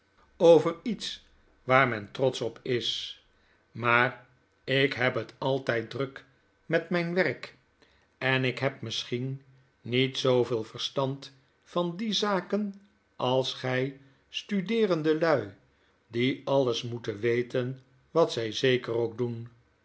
over iets waar men trotsch op is maar ik heb het altyd druk met myn werk en ik heb misschien niet zooveel verstand van die zaken als gij studeerende lui die alles moeten weten wat zij zeker ook doen